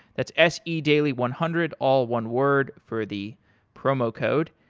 that's s e daily one hundred, all one word for the promo code.